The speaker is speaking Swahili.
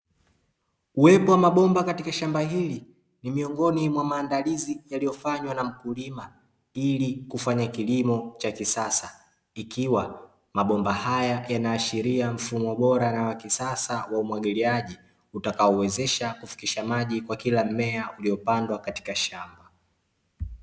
Uwepo wa mabomba katika shamba hili ni miongoni mwa maandalizi yaliyofanywa na mkulima, ili kufanya kilimo cha kisasa ikiwa mabomba haya yanaashiria mfumo bora na wa kisasa wa umwagiliaji utakaowezesha kufikisha maji kwa kila mmea uliopandwa katika shamba.